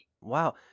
Wow